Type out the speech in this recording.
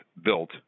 built